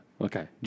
Okay